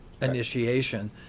initiation